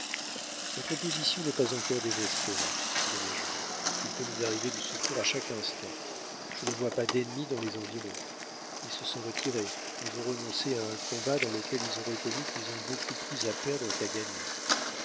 notre position n'est pas encore désespérée dit le major il peut nous arriver du secours à chaque instant je ne vois pas d'ennemis dans les environs ils se sont retirés ils ont renoncé à un combat dans lequel ils ont reconnu qu'ils ont beaucoup plus à perdre qu'à gagner